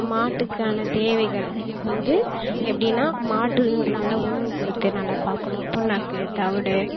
மாட்டுக்கான தேவைகள் வந்து எப்படின்னா மாடுக்கு நல்லா உணவு கொடுத்து நல்லா பார்க்கணும் பிண்ணாக்கு தவிடு